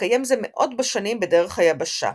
התקיים זה מאות בשנים בדרך היבשה.